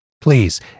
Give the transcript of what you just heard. Please